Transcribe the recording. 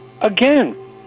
again